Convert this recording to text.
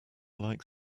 like